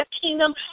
kingdom